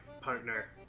partner